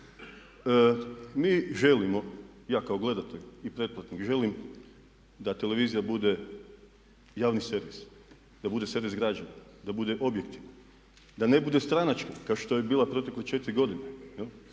Mi želimo, ja kao gledatelj i pretplatnik želim da televizija bude javni servis, da bude servis građana da bude objektivna, da ne bude stranačka kao što je bila protekle 4 godine.